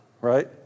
Right